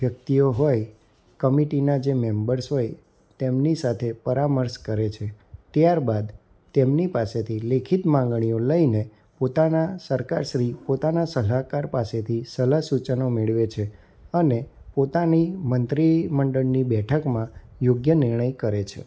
વ્યક્તિઓ હોય કમિટીના જે મેમ્બર્સ હોય તેમની સાથે પરામર્શ કરે છે ત્યારબાદ તેમની પાસેથી લેખિત માંગણીઓ લઈને પોતાના સરકાર શ્રી પોતાના સલાહકાર પાસેથી સલાહ સૂચનો મેળવે છે અને પોતાની મંત્રી મંડળની બેઠકમાં યોગ્ય નિર્ણય કરે છે